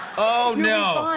oh, no!